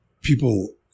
people